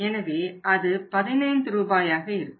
எனவே அது 15 ரூபாயாக இருக்கும்